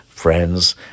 friends